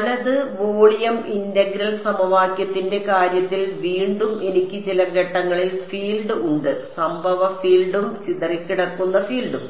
വലത് volume integral സമവാക്യത്തിന്റെ കാര്യത്തിൽ വീണ്ടും എനിക്ക് ചില ഘട്ടങ്ങളിൽ ഫീൽഡ് ഉണ്ട് സംഭവ ഫീൽഡും ചിതറിക്കിടക്കുന്ന ഫീൽഡും